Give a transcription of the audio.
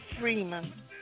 Freeman